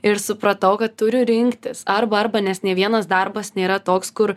ir supratau kad turiu rinktis arba arba nes nė vienas darbas nėra toks kur